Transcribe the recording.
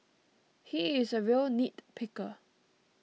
he is a real nitpicker